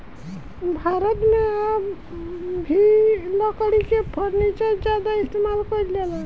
भारत मे आ भी लकड़ी के फर्नीचर ज्यादा इस्तेमाल कईल जाला